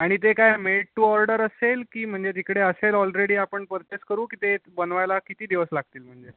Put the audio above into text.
आणि ते काय मेड टू ऑर्डर असेल की म्हणजे तिकडे असेल ऑलरेडी आपण पर्चेस करू की ते बनवायला किती दिवस लागतील म्हणजे